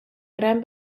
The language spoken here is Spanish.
gran